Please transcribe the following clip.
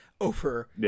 over